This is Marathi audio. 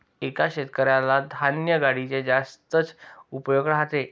एका शेतकऱ्याला धान्य गाडीचे जास्तच उपयोग राहते